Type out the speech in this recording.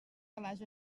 calaix